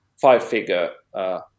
five-figure